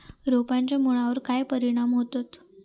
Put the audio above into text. रोपांच्या मुळावर काय परिणाम होतत?